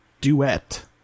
Duet